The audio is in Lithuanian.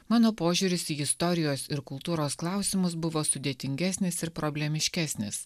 mano požiūris į istorijos ir kultūros klausimus buvo sudėtingesnis ir problemiškesnis